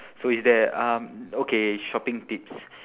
so is there um okay shopping tips